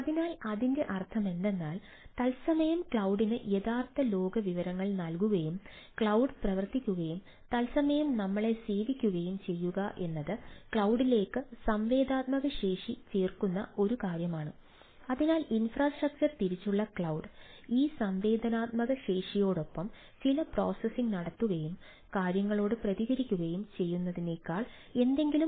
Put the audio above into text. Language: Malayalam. അതിനാൽ അതിന്റെ അർത്ഥമെന്തെന്നാൽ തത്സമയം ക്ലൌഡിന് അധിക സമയം നൽകും